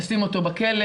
לשים אותו בכלא,